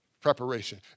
Preparation